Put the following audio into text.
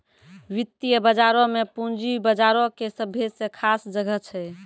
वित्तीय बजारो मे पूंजी बजारो के सभ्भे से खास जगह छै